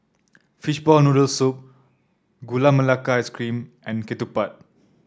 Fishball Noodle Soup Gula Melaka Ice Cream and ketupat